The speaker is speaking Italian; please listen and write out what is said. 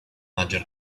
maggior